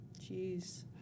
Jeez